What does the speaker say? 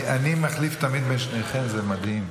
אני מחליף תמיד בין שניכם, זה מדהים.